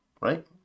Right